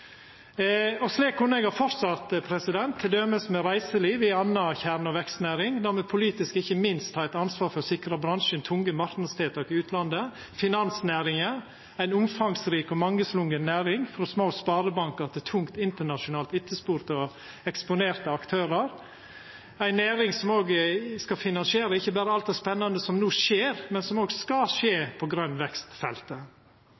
bioøkonomi. Slik kunne eg ha fortsett, med t.d. reiseliv, ei anna kjerne- og vekstnæring, der me politisk ikkje minst har eit ansvar for å sikra bransjen tunge marknadstiltak i utlandet, og med finansnæringa, ei omfangsrik og mangslungen næring – frå små sparebankar til tungt internasjonalt etterspurde og eksponerte aktørar – ei næring som skal finansiera ikkje berre alt det spennande som no skjer, men òg det som skal skje på grøn vekst-feltet. Og